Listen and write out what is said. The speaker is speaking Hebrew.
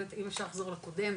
אם אפשר לחזור לשקף הקודם,